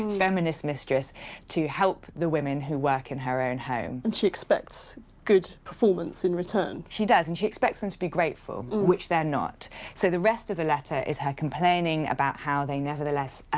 feminist mistress to help the women who work in her own home. and she expects good performance in return. she does. and she expects them to be grateful, which they're not. so the rest of the letter is her complaining about how they, nevertheless,